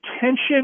tension